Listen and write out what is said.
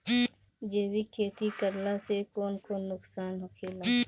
जैविक खेती करला से कौन कौन नुकसान होखेला?